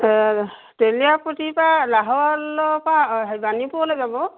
তেলীয়া অঁ হেৰি বাণীপুৰলৈ যাব